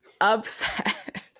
Upset